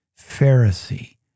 Pharisee